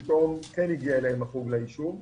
פתאום כן הגיע אליהם החוג ליישוב.